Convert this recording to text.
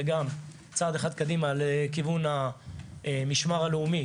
זה גם צעד אחד קדימה לכיוון המשמר הלאומי,